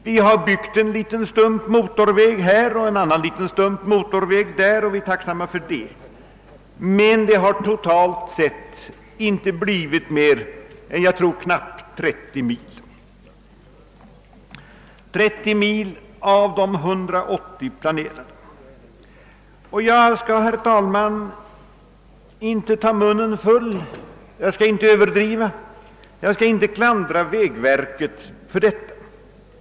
Man har byggt en liten motorvägstump här och där — och det är vi tacksamma för — men totalt sett har det inte blivit mer än knappt 30 mil av de 180 som planerats. Jag skall inte ta till några överord, och jag skall inte klandra vägverket för detta.